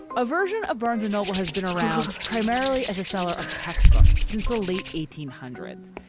a version of barnes and noble has been around primarily as a seller of textbooks since the late eighteen hundreds,